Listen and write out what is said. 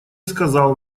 сказал